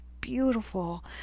beautiful